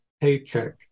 paycheck